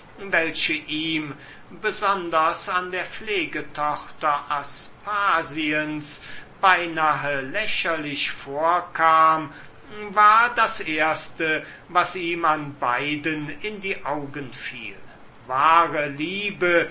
welche ihm besonders an der pflegtochter aspasiens fast lächerlich vorkam war das erste was ihm an beiden in die augen fiel wahre liebe